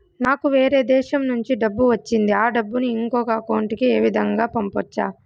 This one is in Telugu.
నాకు వేరే దేశము నుంచి డబ్బు వచ్చింది ఆ డబ్బును ఇంకొక అకౌంట్ ఏ విధంగా గ పంపొచ్చా?